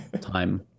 time